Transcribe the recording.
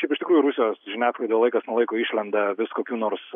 šiaip iš tikrųjų rusijos žiniasklaidoj laikas nuo laiko išlenda vis kokių nors